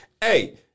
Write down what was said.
Hey